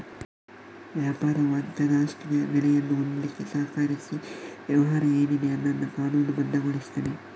ವ್ಯಾಪಾರವು ಅಂತಾರಾಷ್ಟ್ರೀಯ ನೆಲೆಯನ್ನು ಹೊಂದ್ಲಿಕ್ಕೆ ಸಹಕರಿಸಿ ವ್ಯವಹಾರ ಏನಿದೆ ಅದನ್ನ ಕಾನೂನುಬದ್ಧಗೊಳಿಸ್ತದೆ